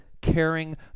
caring